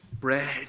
bread